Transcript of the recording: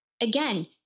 again